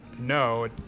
no